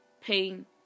pain